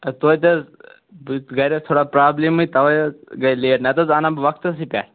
اَدٕ توتہِ حظ گَرِ ٲس تھوڑا پرٛابلِمٕے تَوَے حظ گٔے لیٹ نَتہٕ حظ اَنہٕ ہا بہٕ وَقتَسٕے پیٚٹھ